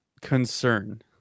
concern